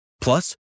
Plus